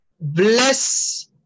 bless